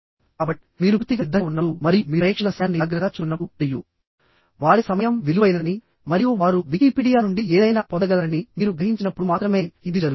కాబట్టిమీరు పూర్తిగా సిద్ధంగా ఉన్నప్పుడు మరియు మీరు ప్రేక్షకుల సమయాన్ని జాగ్రత్తగా చూసుకున్నప్పుడు మరియు వారి సమయం విలువైనదని మరియు వారు వికీపీడియా నుండి ఏదైనా పొందగలరని మీరు గ్రహించినప్పుడు మాత్రమే ఇది జరుగుతుంది